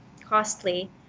costly